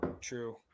True